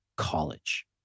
college